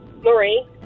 Marie